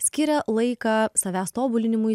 skiria laiką savęs tobulinimui